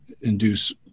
induce